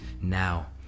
now